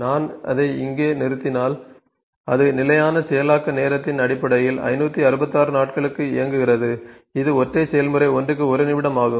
நான் அதை இங்கே நிறுத்தினால் அது நிலையான செயலாக்க நேரத்தின் அடிப்படையில் 566 நாட்களுக்கு இயங்குகிறது இது ஒற்றை செயல்முறை 1 க்கு 1 நிமிடம் ஆகும்